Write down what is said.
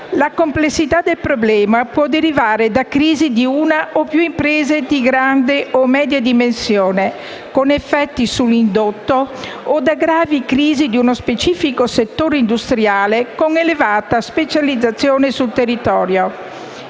La complessità del problema può derivare da crisi di una o più imprese di grande o media dimensione, con effetti sull'indotto, o da gravi crisi di uno specifico settore industriale con elevata specializzazione sul territorio.